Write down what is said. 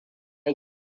ya